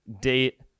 date